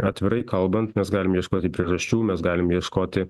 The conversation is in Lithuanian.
atvirai kalbant mes galim ieškoti priežasčių mes galim ieškoti